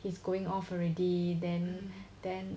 he is going off already then then